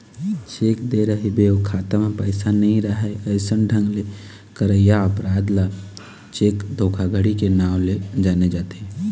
cheque दे रहिबे अउ खाता म पइसा नइ राहय अइसन ढंग ले करइया अपराध ल चेक धोखाघड़ी के नांव ले जाने जाथे